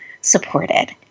supported